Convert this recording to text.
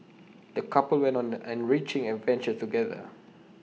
the couple went on an enriching adventure together